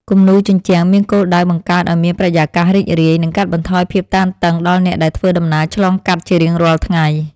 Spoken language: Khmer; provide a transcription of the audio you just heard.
គំនូរជញ្ជាំងមានគោលដៅបង្កើតឱ្យមានបរិយាកាសរីករាយ និងកាត់បន្ថយភាពតានតឹងដល់អ្នកដែលធ្វើដំណើរឆ្លងកាត់ជារៀងរាល់ថ្ងៃ។